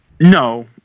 No